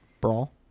Brawl